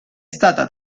stata